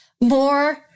more